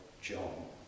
John